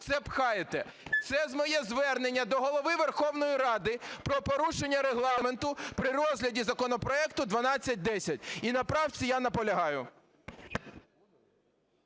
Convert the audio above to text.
це пхаєте. Це моє звернення до Голови Верховної Ради про порушення Регламенту при розгляді законопроекту 1210. І на правці я наполягаю.